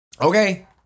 Okay